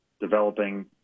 developing